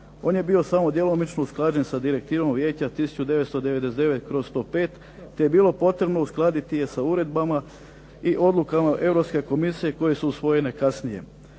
On je bio samo djelomično usklađen sa Direktivom Vijeće 1999/105, te je bilo potrebno uskladiti je sa uredbama i odlukama Europske komisije koje su usvojene kasnije.